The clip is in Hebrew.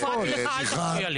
לא הפרעתי לך אל תפריע.